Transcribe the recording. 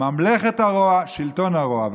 ממלכת הרוע, שלטון הרוע.